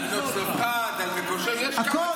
על בנות צלפחד, על מקושש, יש כמה דברים